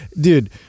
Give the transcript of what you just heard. dude